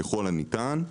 ככל הניתן,